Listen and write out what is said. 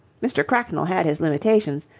mr. cracknell had his limitations,